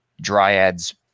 Dryads